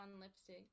lipstick